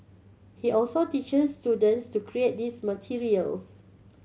he also teaches students to create these materials